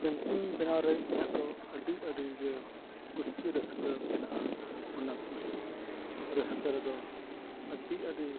ᱵᱮᱱᱟᱣ ᱨᱮ ᱤᱧᱟᱹᱜ ᱫᱚ ᱟᱹᱰᱤᱼᱟᱹᱰᱤ ᱜᱮ ᱠᱩᱥᱤ ᱨᱟᱹᱥᱠᱟᱹ ᱢᱮᱱᱟᱜᱼᱟ ᱚᱱᱟ ᱠᱩᱥᱤ ᱨᱟᱹᱥᱠᱟᱹ ᱨᱮᱫᱚ ᱟᱹᱰᱤᱼᱟᱹᱰᱤ